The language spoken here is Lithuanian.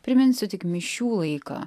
priminsiu tik mišių laiką